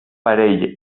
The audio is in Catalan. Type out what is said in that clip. parell